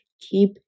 keep